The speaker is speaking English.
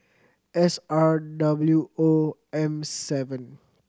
S R W O M seven